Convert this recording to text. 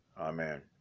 Amen